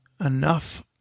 enough